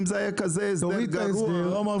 אם זה היה כזה הסדר גרוע, למה שירצו?